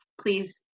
please